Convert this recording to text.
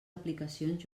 aplicacions